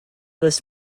this